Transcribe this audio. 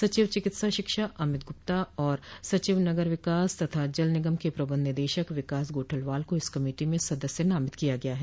सचिव चिकित्सा शिक्षा अमित गुप्ता और सचिव नगर विकास तथा जल निगम के प्रबंध निदेशक विकास गोठलवाल को इस कमेटी में सदस्य नामित किया गया है